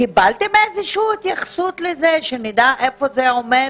קיבלתם איזו שהיא התייחסות לזה כדי שנדע איפה זה עומד?